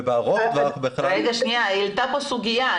העלית פה סוגיה.